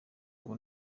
ubu